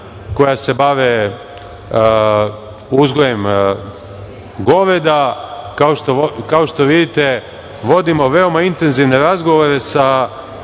koja se bave uzgojem goveda. Kao što vidite, vodimo veoma intenzivne razgovore sa